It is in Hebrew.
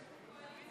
שניים.